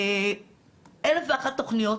באלף ואחת תוכניות,